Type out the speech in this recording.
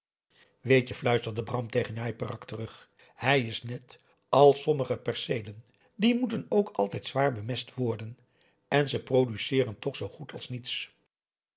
weet-je fluisterde bram tegen njai peraq terug hij is net als sommige perceelen die moeten ook altijd zwaar bemest worden en ze produceeren toch zoo goed als niets